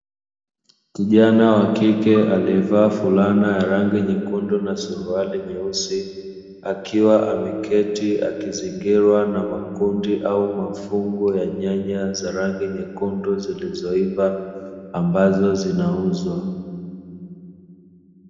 Kijana wa kike alievaa fulana ya rangi nyekundu na suruali nyeusi, akiwa ameketi akizingirwa na makundi au mafungu ya nyanya za rangi nyekundu zilizoiva, ambazo zinauzwa.